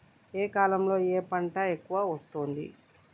ఏ కాలంలో ఏ పంట ఎక్కువ వస్తోంది?